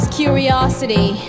curiosity